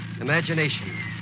Imagination